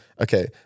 Okay